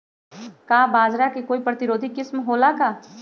का बाजरा के कोई प्रतिरोधी किस्म हो ला का?